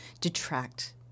detract